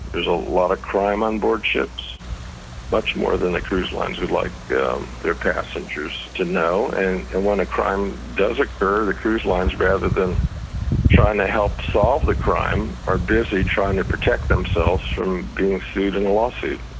there's a lot of crime on board ships much more than the cruise lines would like their passengers to know and when a crime does occur, the cruise lines rather than trying to help solve the crime are busy trying to protect themselves from being sued in a lawsuit.